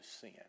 sin